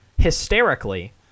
hysterically